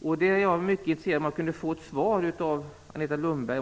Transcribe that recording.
Jag är mycket intresserad av att få ett svar av Agneta Lundberg.